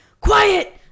Quiet